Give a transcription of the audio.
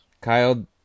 Kyle